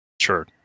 Sure